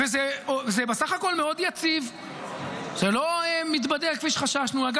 וזה בסך הכול מאוד יציב, זה לא מתבדה כפי שחששנו.